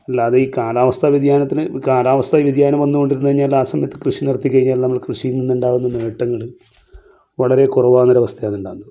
അല്ലാതെ ഈ കാലാവസ്ഥാ വ്യതിയാനത്തിന് കാലാവസ്ഥ വ്യതിയാനം വന്ന് കൊണ്ടിരുന്നു കഴിഞ്ഞാൽ ആ സമയത്ത് കൃഷി നിർത്തി കഴിഞ്ഞാൽ നമുക്ക് കൃഷിയിൽ നിന്നുണ്ടാകുന്ന നേട്ടങ്ങൾ വളരെ കുറവാകുന്നൊരവസ്ഥയാണ് ഉണ്ടാകുന്നത്